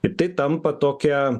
ir tai tampa tokia